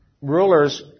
rulers